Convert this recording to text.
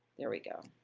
there we go.